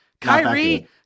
Kyrie